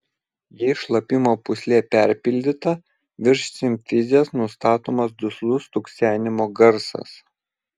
jei šlapimo pūslė perpildyta virš simfizės nustatomas duslus stuksenimo garsas